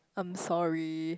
um sorry